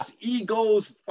egos